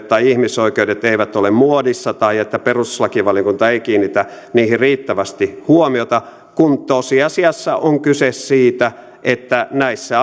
tai ihmisoikeudet eivät ole muodissa tai että perustuslakivaliokunta ei kiinnitä niihin riittävästi huomiota kun tosiasiassa on kyse siitä että näissä